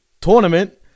Tournament